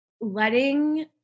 letting